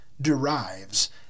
derives